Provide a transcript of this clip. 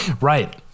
Right